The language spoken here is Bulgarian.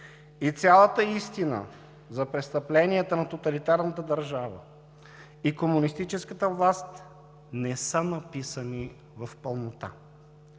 и цялата истина за престъпленията на тоталитарната държава и комунистическата власт не са написани в пълнота.